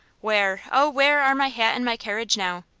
where, oh, where are my hat and my carriage now?